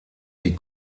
die